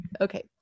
okay